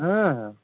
হুম হুম